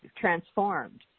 transformed